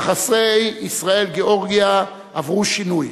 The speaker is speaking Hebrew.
יחסי ישראל גאורגיה עברו שינוי,